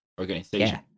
organization